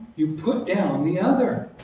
you put down the other.